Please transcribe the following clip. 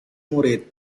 murid